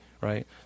right